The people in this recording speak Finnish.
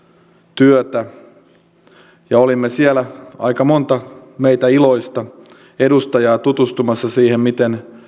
työtä siellä oli aika monta meitä iloista edustajaa tutustumassa siihen miten